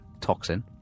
toxin